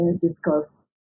discussed